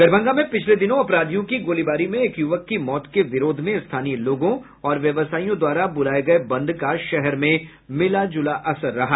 दरभंगा में पिछले दिनों अपराधियों की गोलीबारी में एक युवक की मौत के विरोध में स्थानीय लोगों और व्यवसायियों द्वारा बुलाये गये बंद का शहर में मिलाजुला असर रहा